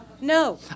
No